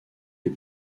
les